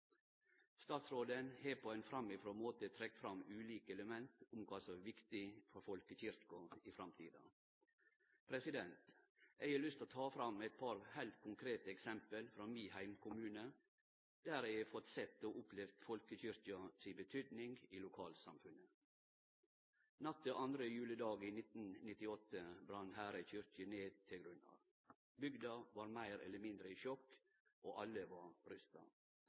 Statsråden har på ein framifrå måte trekt fram ulike element om kva som er viktig for folkekyrkja i framtida. Eg har lyst til å ta fram eit par heilt konkrete eksempel frå min heimkommune, der eg har sett og opplevd folkekyrkja si betydning i lokalsamfunnet. Natt til andre juledag i 1998 brann Herøy kyrkje ned til grunnen. Bygda var meir eller mindre i sjokk, og alle vart forferda. Kva no, var